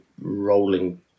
rolling